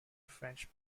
french